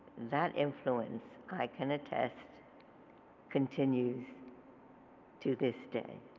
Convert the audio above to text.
that influence i can attest continues to this day.